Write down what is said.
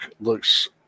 looks